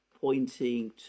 pointing